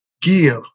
give